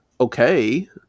okay